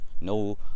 No